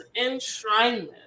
enshrinement